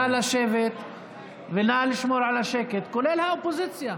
נא לשבת ונא לשמור על השקט, כולל האופוזיציה.